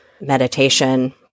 meditation